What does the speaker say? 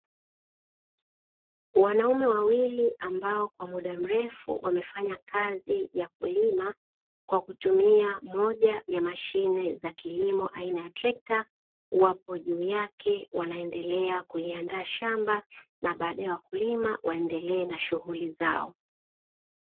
Wanaume wawili ambao kwa mda mrefu wamefanya kazi ya kulima. Kwa kutumia moja ya mashine za kilimo aina ya trekta, wapo juu yake wanaendelea kuliandaa shamba na baadae wakulima waendelee na shughuli zao.